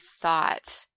thought